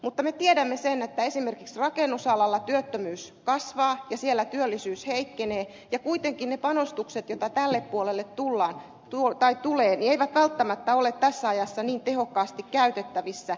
mutta me tiedämme sen että esimerkiksi rakennusalalla työttömyys kasvaa ja siellä työllisyys heikkenee ja kuitenkin ne panostukset joita tälle puolelle tulee eivät välttämättä ole tässä ajassa niin tehokkaasti käytettävissä